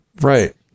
right